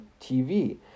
TV